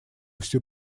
всю